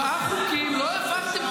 לא נכון,